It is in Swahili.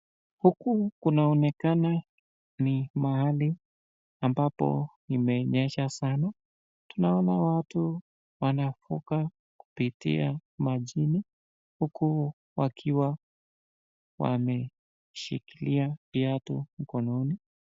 Huku kunaonekana ni mahali ambapo imenyesha sana. Tunaona watu wanafuka kupitia majini huku wakiwa wameshikilia viatu mkononi.